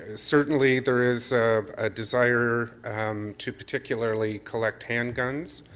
ah certainly there is a desire um to particularly collect handguns.